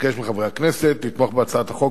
אבקש מחברי הכנסת לתמוך בהצעת החוק